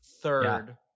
Third